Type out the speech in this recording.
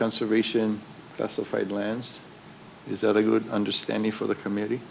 conservation justified lands is that a good understanding for the community